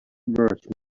worth